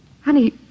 Honey